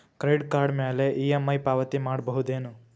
Credit card ಮ್ಯಾಲೆ EMI ಪಾವತಿ ಮಾಡ್ಬಹುದೇನು?